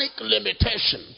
Limitation